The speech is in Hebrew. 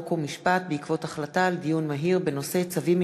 חוק ומשפט בעקבות דיון מהיר בהצעה של